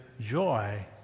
joy